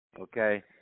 Okay